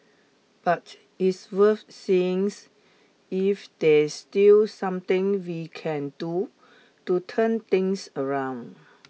but it's worth seeing if there's still something we can do to turn things around